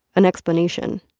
an explanation?